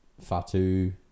Fatu